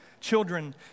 Children